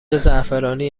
زعفرانی